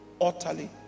utterly